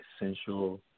essential